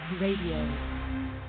radio